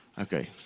Okay